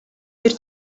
бир